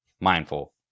mindful